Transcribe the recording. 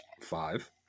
Five